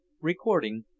Recording